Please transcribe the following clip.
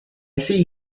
see